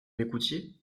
m’écoutiez